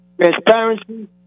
transparency